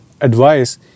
advice